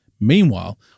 Meanwhile